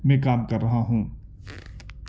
میں کام کر رہا ہوں